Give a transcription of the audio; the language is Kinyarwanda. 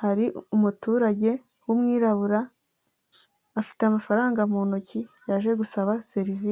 hari umuturage w'umwirabura afite amafaranga mu ntoki yaje gusaba serivisi.